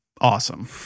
Awesome